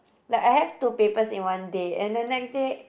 like I have two papers in one day and the next day